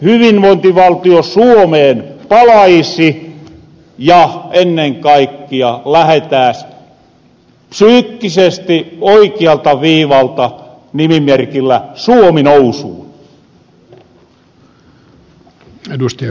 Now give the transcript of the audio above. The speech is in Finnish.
luottamus hyvinvointivaltio suomeen palaisi ja ennen kaikkia lähetääs psyykkisesti oikialta viivalta nimimerkillä suomi nousuun